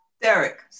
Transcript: Derek